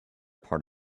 part